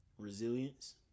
Resilience